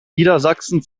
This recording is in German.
niedersachsen